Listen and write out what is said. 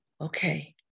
Okay